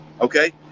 Okay